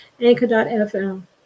Anchor.FM